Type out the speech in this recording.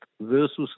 versus